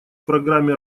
программе